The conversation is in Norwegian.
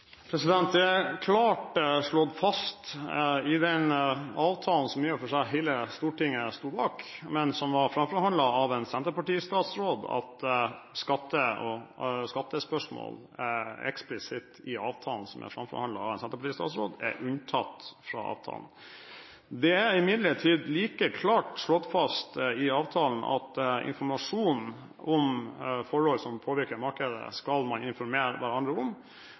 Det er klart slått fast i den avtalen som i og for seg hele Stortinget sto bak, men som var framforhandlet av en senterpartistatsråd, at skattespørsmål eksplisitt er unntatt fra avtalen. Det er imidlertid like klart slått fast i avtalen at informasjonen om forhold som påvirker markedet, skal man informere hverandre om.